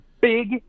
big